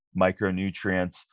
micronutrients